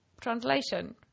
translation